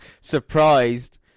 surprised